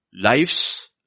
Lives